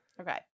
Okay